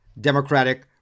Democratic